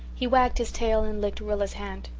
he wagged his tail and licked rilla's hand.